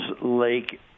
Lake